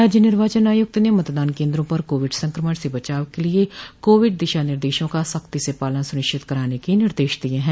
राज्य निर्वाचन आयुक्त ने मतदान केन्द्रों पर कोविड संक्रमण से बचाव के लिये कोविड दिशा निर्देशों का सख्ती से पालन सुनिश्चित कराने के निर्देश दिये हैं